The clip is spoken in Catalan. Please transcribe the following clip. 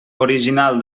original